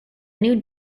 nude